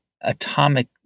atomic